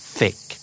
Thick